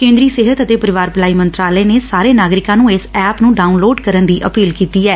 ਕੇ ਂਦਰੀ ਸਿਹਤ ਅਤੇ ਪਰਿਵਾਰ ਭਲਾਈ ਮੰਤਰਾਲੇ ਨੇ ਂਸਾਰੇ ਨਾਗਰਿਕਾਂ ਨੂੰ ਇਸ ਐਪ ਨੂੰ ਡਾਉਨਲੋਡ ਕਰਨ ਦੀ ਅਪੀਲ ਕੀਤੀ ਐ